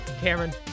Cameron